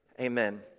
Amen